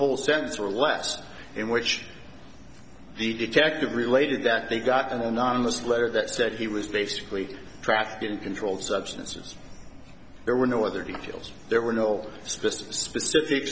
whole sentence or less in which the detective related that they got an anonymous letter that said he was basically track and controlled substances there were no other details there were no specific specific